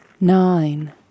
nine